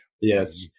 yes